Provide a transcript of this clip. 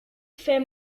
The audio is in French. fait